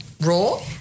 Raw